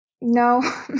no